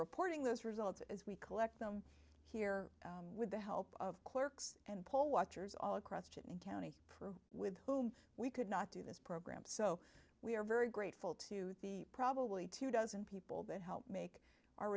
reporting those results as we collect them here with the help of clerks and poll watchers all across and county prove with whom we could not do this program so we are very grateful to the probably two dozen people that helped make our